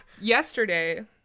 Yesterday